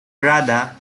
rather